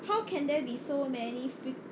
how can there be so many free